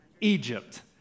Egypt